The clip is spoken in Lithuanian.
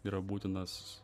yra būtinas